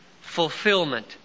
fulfillment